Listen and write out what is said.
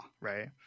right